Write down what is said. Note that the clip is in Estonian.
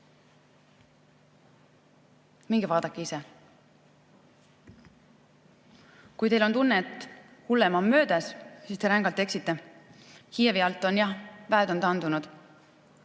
Minge vaadake ise. Kui teil on tunne, et hullem on möödas, siis te rängalt eksite. Kiievi alt on jah väed taandunud.